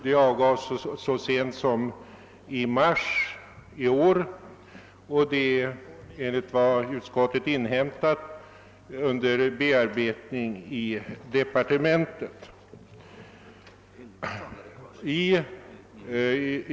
Det avgavs så sent som i mars i år och är enligt vad utskottet under hand inhämtat under bearbetning i departementet.